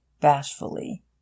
bashfully